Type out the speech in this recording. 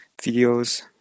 videos